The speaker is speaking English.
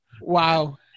Wow